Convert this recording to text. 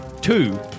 Two